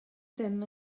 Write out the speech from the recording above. ddim